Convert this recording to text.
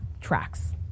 tracks